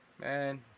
Man